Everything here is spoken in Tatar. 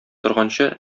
торганчы